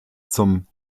zum